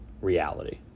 reality